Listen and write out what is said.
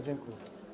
Dziękuję.